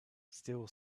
still